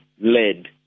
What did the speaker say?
led